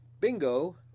bingo